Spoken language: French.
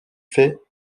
faits